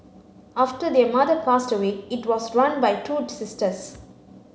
after their mother passed away it was run by two sisters